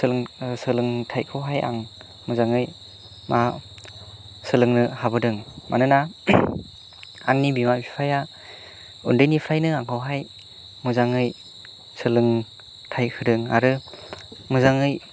सोलों सोलोंथाइखौ हाय आं मोजाङै मा सोलोंनो हाबोदों मानोना आंनि बिमा बिफाया उन्दैनिफ्रायनो आंखौ हाय मोजाङै सोलोंथाइ होदों आरो मोजाङै